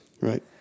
Right